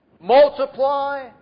multiply